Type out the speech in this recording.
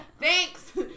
Thanks